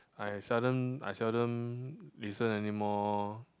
I seldom I seldom listen anymore